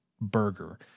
burger